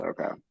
Okay